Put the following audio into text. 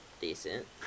decent